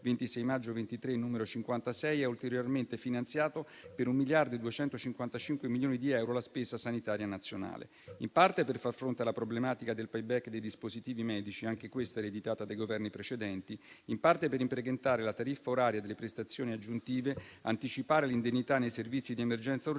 26 maggio 2023, n. 56, ha ulteriormente finanziato per un miliardo e 255 milioni di euro la spesa sanitaria nazionale, in parte per far fronte alla problematica del cosiddetto *payback* dei dispositivi medici - anche questa ereditata dai Governi precedenti - in parte per implementare la tariffa oraria delle prestazioni aggiuntive, anticipare l'indennità nei servizi di emergenza e urgenza